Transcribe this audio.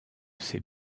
ces